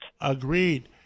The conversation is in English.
Agreed